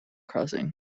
crossing